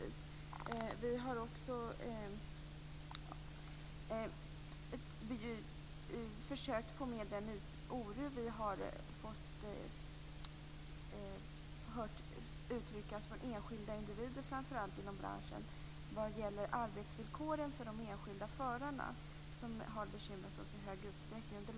Vi har också försökt ta upp den oro som vi hört uttryckas från enskilda individer inom branschen vad gäller arbetsvillkoren för de enskilda förarna. Det har bekymrat oss i stor utsträckning.